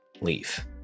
leave